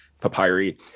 papyri